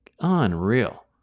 unreal